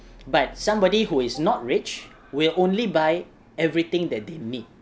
but somebody who is not rich will only buy everything that they need